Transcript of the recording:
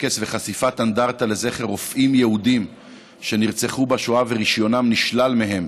בטקס לחשיפת אנדרטה לזכר רופאים יהודים שנרצחו בשואה ורישיונם נשלל מהם